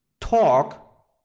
talk